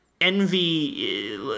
envy